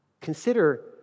consider